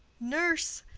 nurse